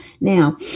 Now